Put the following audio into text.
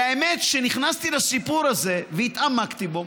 והאמת, כשנכנסתי לסיפור הזה והתעמקתי בו,